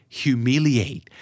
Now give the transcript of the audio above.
humiliate